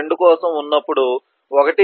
2 కోసం ఉన్నప్పుడు 1